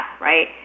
right